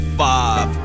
five